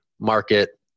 market